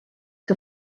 que